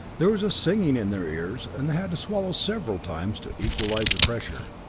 there was a singing in their ears, and they had to swallow several times to equalize the pressure.